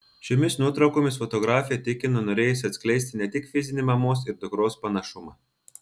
šiomis nuotraukomis fotografė tikino norėjusi atskleisti ne tik fizinį mamos ir dukros panašumą